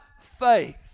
faith